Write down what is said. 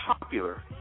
popular